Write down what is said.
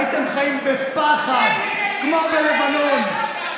הייתם חיים בפחד כמו בלבנון.